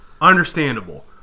Understandable